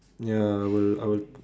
ya I will I will